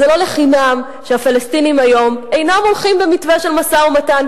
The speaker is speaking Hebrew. זה לא לחינם שהפלסטינים היום אינם הולכים במתווה של משא-ומתן,